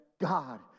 God